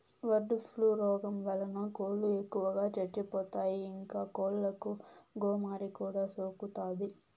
bird flu రోగం వలన కోళ్ళు ఎక్కువగా చచ్చిపోతాయి, ఇంకా కోళ్ళకు గోమారి కూడా సోకుతాది